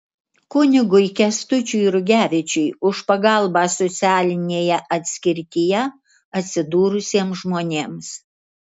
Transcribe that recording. kunigui kęstučiui rugevičiui už pagalbą socialinėje atskirtyje atsidūrusiems žmonėms